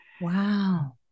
Wow